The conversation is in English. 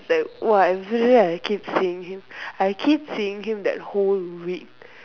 that !wah! everyday I keep seeing him I keep seeing him that whole week